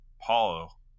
Paul